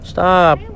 Stop